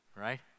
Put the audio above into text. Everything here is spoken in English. Right